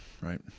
right